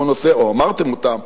או אמרתם אותם,